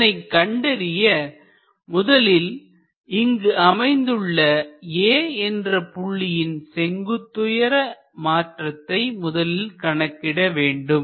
இதனைக் கண்டறிய முதலில் இங்கு அமைந்துள்ள A என்ற புள்ளியின் செங்குத்து உயர மாற்றத்தை முதலில் கணக்கிட வேண்டும்